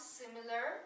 similar